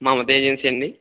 Mamata agency అండి